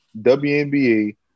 WNBA